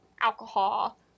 alcohol